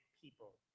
people